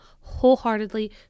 wholeheartedly